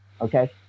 okay